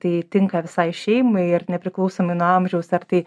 tai tinka visai šeimai ir nepriklausomai nuo amžiaus ar tai